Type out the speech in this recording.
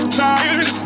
tired